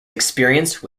experience